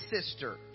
sister